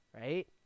right